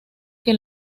que